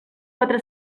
quatre